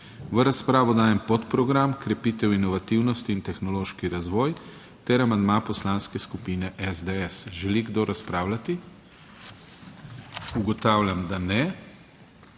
V razpravo dajem podprogram Krepitev inovativnosti in tehnološki razvoj ter amandma Poslanske skupine SDS. Želi kdo razpravljati? Ugotavljam, da ne.